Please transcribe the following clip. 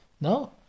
No